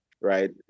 right